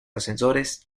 ascensores